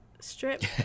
strip